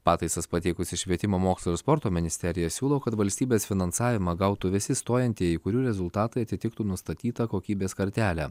pataisas pateikusi švietimo mokslo ir sporto ministerija siūlo kad valstybės finansavimą gautų visi stojantieji kurių rezultatai atitiktų nustatytą kokybės kartelę